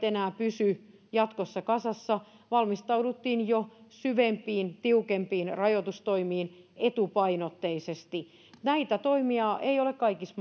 enää jatkossa pysy kasassa valmistauduttiin jo syvempiin tiukempiin rajoitustoimiin etupainotteisesti näitä toimia ei ole kaikissa